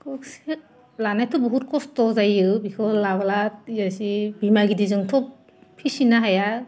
एसे लानायाथ' बहुत कस्त' जायो बेखो लायोब्ला एसे बिमा गिदिरजोंथ' फिसिनो हाया